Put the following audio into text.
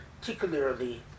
particularly